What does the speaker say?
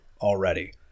already